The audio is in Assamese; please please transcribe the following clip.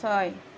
ছয়